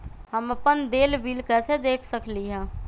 हम अपन देल बिल कैसे देख सकली ह?